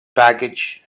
baggage